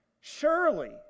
Surely